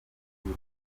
muri